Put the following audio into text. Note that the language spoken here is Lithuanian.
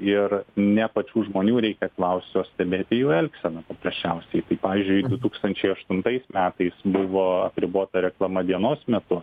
ir ne pačių žmonių reikia klaust o stebėt jų elgseną paprasčiausiai tai pavyzdžiui du tūkstančiai aštuntais metais buvo apribota reklama dienos metu